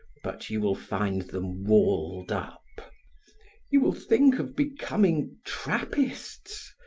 but you will find them walled up you will think of becoming trappists,